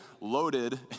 loaded